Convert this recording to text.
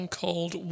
called